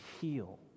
heal